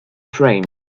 frame